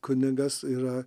kunigas yra